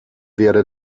wäre